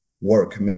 work